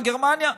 רק גרמניה?